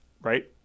Right